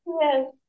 Yes